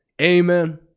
Amen